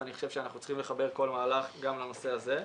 ואני חושב שאנחנו צריכים לחבר כל מהלך גם לנושא הזה.